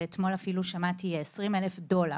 ואתמול שמעתי אפילו 20,000 דולר.